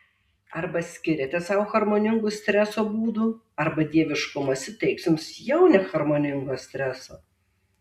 arba skiriate sau harmoningų streso būdų arba dieviškumas suteiks jums jau neharmoningo streso